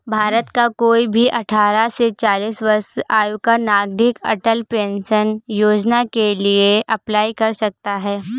भारत का कोई भी अठारह से चालीस वर्ष आयु का नागरिक अटल पेंशन योजना के लिए अप्लाई कर सकता है